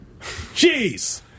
Jeez